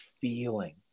feeling